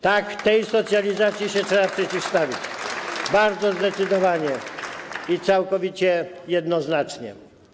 Tak, tej socjalizacji trzeba się przeciwstawić, bardzo zdecydowanie i całkowicie jednoznacznie.